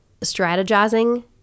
strategizing